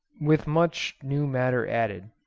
with much new matter added,